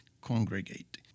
congregate